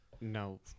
no